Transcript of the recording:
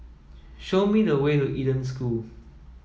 show me the way to Eden School